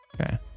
Okay